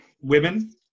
women